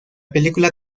película